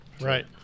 Right